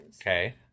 Okay